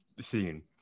scene